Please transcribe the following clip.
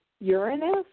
Uranus